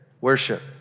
worship